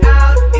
out